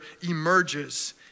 emerges